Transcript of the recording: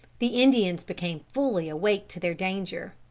the indians became fully awake to their danger.